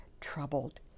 troubled